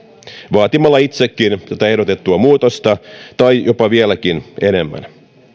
vaatimalla itsekin tätä ehdotettua muutosta tai jopa vieläkin enemmän